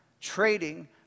trading